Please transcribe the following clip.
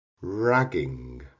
ragging